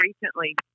recently